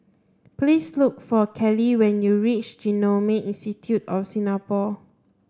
please look for Kellie when you reach Genome Institute of Singapore